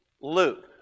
Luke